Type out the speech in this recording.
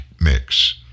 mix